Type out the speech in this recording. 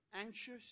anxious